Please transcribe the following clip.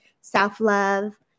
Self-love